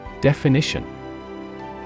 Definition